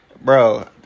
Bro